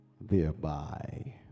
thereby